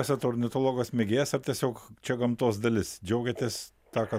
esat ornitologas mėgėjas ar tiesiog čia gamtos dalis džiaugiatės tą ką